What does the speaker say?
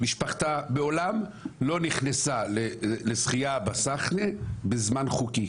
משפחתה מעולם לא נכנסה לשחייה בסחנה בזמן חוקי,